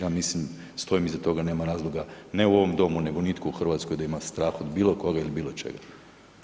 Ja mislim, stojim iza toga, nema razloga, ne u ovom domu nego nitko u Hrvatskoj strah od bilo koga ili bilo čega.